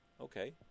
Okay